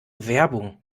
werbung